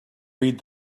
read